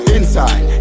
Inside